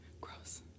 Gross